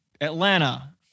Atlanta